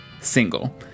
single